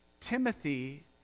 Timothy